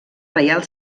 reial